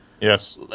Yes